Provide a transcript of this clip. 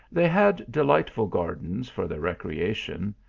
they had delightful gardens for their recreation,